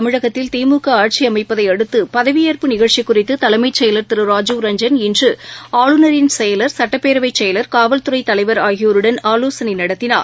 தமிழகத்தில் திமுகஆட்சிஅமைப்பதையடுத்து பதவியேற்பு நிகழ்ச்சிகுறித்தலைமைச்செயலர் திருராஜீவ் ரஞ்சன் இன்றுஆளுநரின் செயலர் சட்டப்பேரவைச்செயலர் காவல்துறைதலைவர் ஆகியோருடன் ஆலோசனைநடத்தினார்